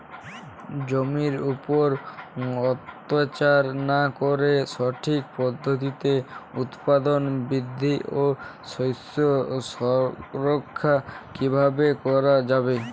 জমির উপর অত্যাচার না করে সঠিক পদ্ধতিতে উৎপাদন বৃদ্ধি ও শস্য সুরক্ষা কীভাবে করা যাবে?